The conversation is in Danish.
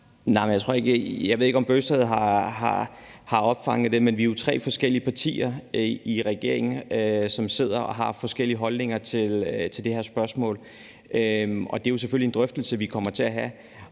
Jeg ved ikke, om Kristian Bøgsted har opfanget det, men vi er jo tre forskellige partier i regeringen, som sidder og har forskellige holdninger til det her spørgsmål. Det er jo selvfølgelig en drøftelse, vi kommer til at have.